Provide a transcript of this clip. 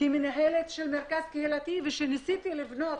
כמנהלת של מרכז הקהילתי וניסיתי לבנות